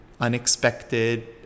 unexpected